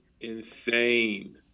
insane